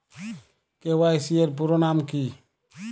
KYC এর পুরোনাম কী?